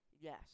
Yes